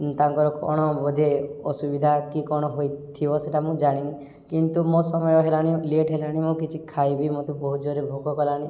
ତାଙ୍କର କ'ଣ ବୋଧେ ଅସୁବିଧା କି କ'ଣ ହୋଇଥିବ ସେଟା ମୁଁ ଜାଣିନି କିନ୍ତୁ ମୋ ସମୟ ହେଲାଣି ଲେଟ୍ ହେଲାଣି ମୁଁ କିଛି ଖାଇବି ମୋତେ ବହୁତ ଜୋରରେ ଭୋକ କଲାଣି